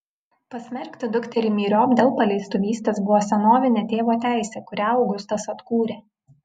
pasmerkti dukterį myriop dėl paleistuvystės buvo senovinė tėvo teisė kurią augustas atkūrė